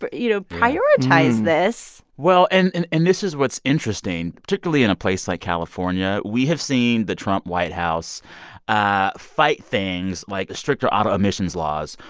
but you know, prioritized this. well, and and this is what's interesting, particularly in a place like california, we have seen the trump white house ah fight things like the stricter auto emissions laws,